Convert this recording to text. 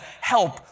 help